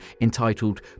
entitled